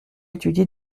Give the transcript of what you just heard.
étudié